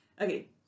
Okay